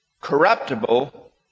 corruptible